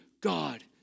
God